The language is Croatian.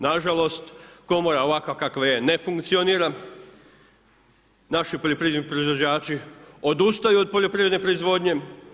Nažalost, komora ovakva kakva je ne funkcionira, naši poljoprivredni proizvođači odustaju od poljoprivredne proizvodnje.